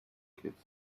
kids